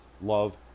Love